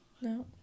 No